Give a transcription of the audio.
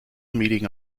meeting